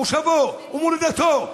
מושבו ומולדתו.